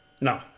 No